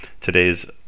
Today's